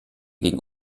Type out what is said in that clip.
gegen